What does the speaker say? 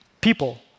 people